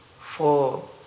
four